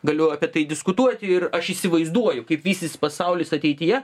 galiu apie tai diskutuoti ir aš įsivaizduoju kaip vysis pasaulis ateityje